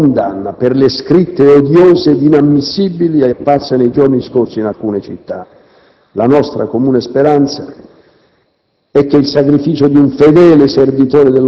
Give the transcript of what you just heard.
a difesa della legalità e la ferma condanna per le scritte odiose ed inammissibili apparse nei giorni scorsi in alcune città. La nostra comune speranza